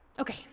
Okay